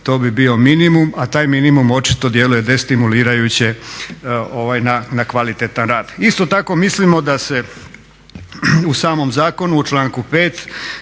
to bi bio minimum, a taj minimum očito djeluje destimulirajuće na kvalitetan rad. Isto tako mislimo da se u samom zakonu u članku 5.